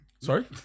Sorry